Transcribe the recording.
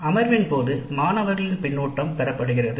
அமர்வின் போது மாணவர்களின் கருத்து பெறப்படுகிறது